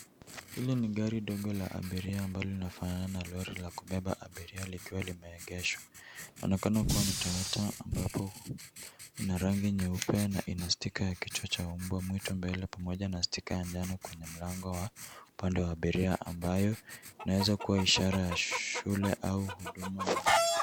Hili ni gari dogo la abiria ambalo linafanana na lori la kubeba abiria likiwa limeegeshwa, linaonekana kuwa ni Toyota ambapo lina rangi nyeupe na ina stika ya kichwa cha mbwamwitu mbele pamoja na stika ya njano kwenye mlango wa upande wa abiria ambayo inaweza kuwa ishara ya shule au huduma maalum.